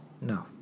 No